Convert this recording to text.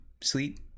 sleep